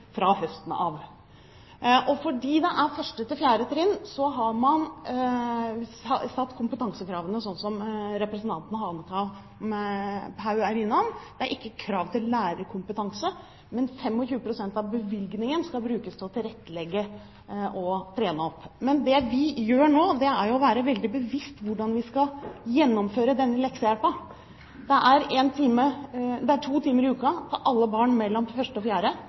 har man satt kompetansekravene slik som representanten Hanekamhaug er innom; det er ikke krav om lærerkompetanse, men 25 pst. av bevilgningen skal brukes til å tilrettelegge og trene opp. Det vi gjør nå, er å være veldig bevisst på hvordan vi skal gjennomføre denne leksehjelpen. Det er to timer i uken for alle barn i 1.–4. klasse, det er gratis, og handler ikke om om de går på